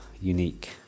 unique